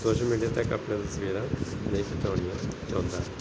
social media ਤੱਕ ਆਪਣੀਆਂ ਤਸਵੀਰਾਂ ਨਹੀਂ ਖਿਚਾਉਣੀਆਂ ਚਾਹੁੰਦਾ